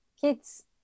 kids